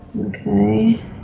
Okay